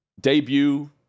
Debut